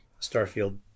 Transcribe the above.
Starfield